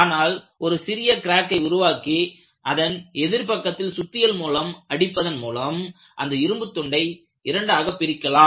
ஆனால் ஒரு சிறிய க்ராக்கை உருவாக்கி அதன் எதிர் பக்கத்தில் சுத்தியல் மூலம் அடிப்பதன் மூலம் அந்த இரும்புத் துண்டை இரண்டாக பிரிக்கலாம்